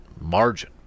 margin